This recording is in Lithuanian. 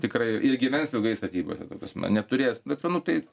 tikrai ir gyvens ilgai statybose ta prasme neturės bet va nu tai